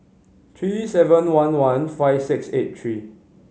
three seven one one five six eight three